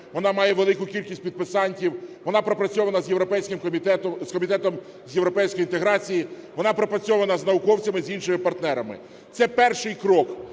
Вона має велику кількість підписантів. Вона пропрацьована з європейським комітетом... з Комітетом з європейської інтеграції, вона пропрацьована з науковцями і з іншими партнерами. Це перший крок,